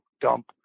dump